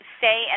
say